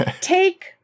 take